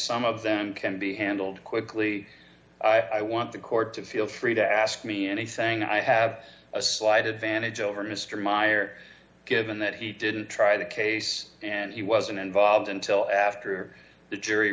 some of them can be handled quickly i want the court to feel free to ask me anything i have a slight advantage over mr meyer given that he didn't try the case and he wasn't involved until after the jury